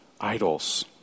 idols